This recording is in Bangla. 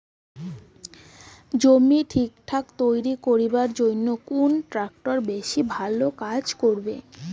জমি ঠিকঠাক তৈরি করিবার জইন্যে কুন ট্রাক্টর বেশি ভালো কাজ করে?